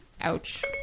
Ouch